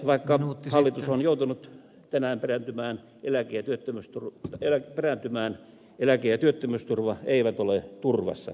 vaikka hallitus on joutunut tänään perääntymään eläke ja työttömyysturva eivät ole turvassa